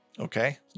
Okay